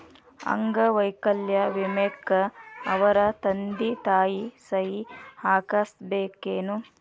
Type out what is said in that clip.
ಅಂಗ ವೈಕಲ್ಯ ವಿಮೆಕ್ಕ ಅವರ ತಂದಿ ತಾಯಿ ಸಹಿ ಹಾಕಸ್ಬೇಕೇನು?